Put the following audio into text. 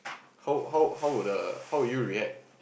how how how would the how would you react